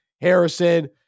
Harrison